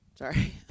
Sorry